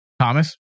Thomas